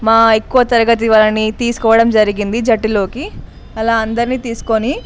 మా ఎక్కువ తరగతి వాళ్ళని తీసుకోవడం జరిగింది జట్టులోకి అలా అందరిని తీసుకొని